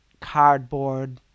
cardboard